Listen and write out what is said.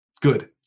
Good